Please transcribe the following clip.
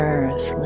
Earth